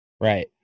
Right